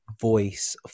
voice